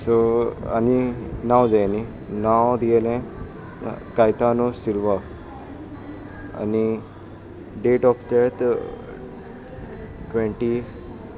so आनी नांव जाय न्ही नांव दियेलें कायतानो सिल्वा आनी डेट ऑफ डॅथ ट्वेंटी